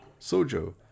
Sojo